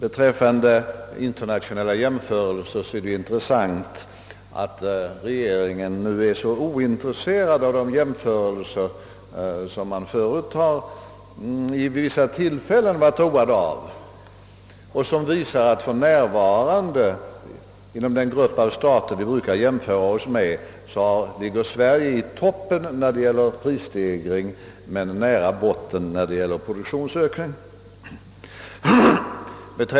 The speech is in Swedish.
Beträffande internationella jämförelser noterar jag att man i regeringen nu är ointresserad av de jämförelser som man vid vissa tillfällen tidigare har varit road av och som visar att inom den grupp av stater som vi brukar jämföra oss med ligger Sverige i dag i toppen när det gäller prisstegringar och nära botten när det gäller produktionsökningar.